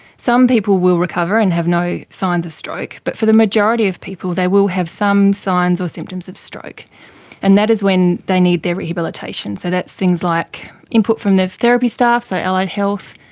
some people will recover and have no signs of stroke, but for the majority of people they will have some signs or symptoms of stroke and that is when they need their rehabilitation so things like input from the therapy staff, so allied health,